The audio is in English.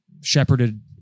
shepherded